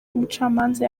umucamanza